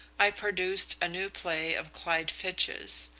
i produced a new play of clyde fitch's.